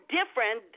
different